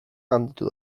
handitu